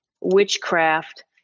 Witchcraft